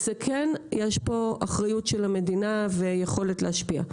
יש פה כן אחריות של המדינה ויכולת להשפיע.